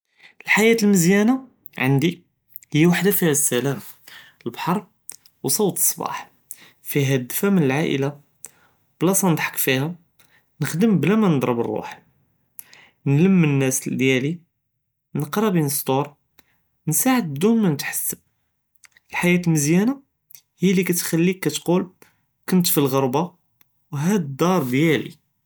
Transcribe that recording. אלחياة אלמזיאנה, ענדי היא וואחדה פיהא אססלאם אלבהר וסות אססבאח פיהא אדדפא מן אלעאילה, בלאסה נדחק פיהא נכדם בלא מנדראב אררוח פיהא נלם אנאס דיאלי נקרא בין אססטור נעסעד בלא מנתחשב, אלחياة אלמזיאנה היא אללי קטחליק קטקול כונט פלחרבה ו האד אלדר דיאלי.